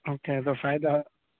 okay so five थाव